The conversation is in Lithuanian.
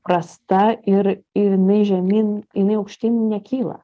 prasta ir ir jinai žemyn jinai aukštyn nekyla